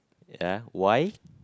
ya why